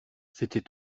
c’était